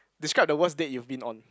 describe the worst date you've been on